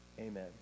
Amen